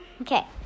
Okay